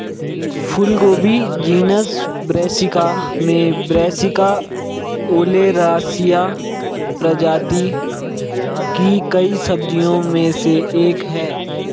फूलगोभी genus Brassica में Brassica oleracea प्रजाति की कई सब्जियों में से एक है